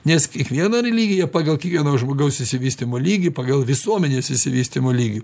nes kiekviena religija pagal kiekvieno žmogaus išsivystymo lygį pagal visuomenės išsivystymo lygį